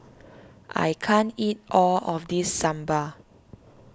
I can't eat all of this Sambar